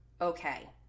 okay